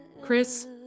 Chris